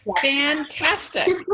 Fantastic